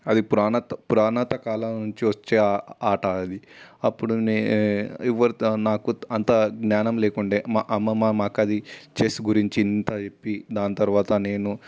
అది పురాతన పురాతన కాలం నుంచి వచ్చే ఆట అది అప్పుడు నేను ఎవరితో అన్నా కొత్త అంత జ్ఞానం లేకుండే మా అమ్మమ్మా మాకు అది చెస్ గురించి ఇంత చెప్పి దాని తరవాత నేను